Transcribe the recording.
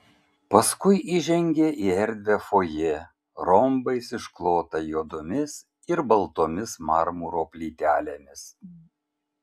paskui įžengė į erdvią fojė rombais išklotą juodomis ir baltomis marmuro plytelėmis